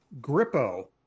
Grippo